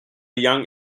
young